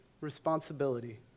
responsibility